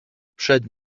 przed